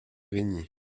grigny